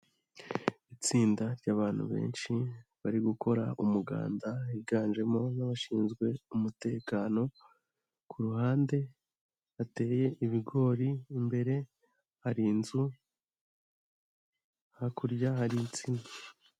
Itsinda ry'abantu benshi bari gukora umuganda, higanjemo n'abashinzwe umutekano. Ku ruhande hateye ibigori, imbere hari inzu, hakurya hari insina.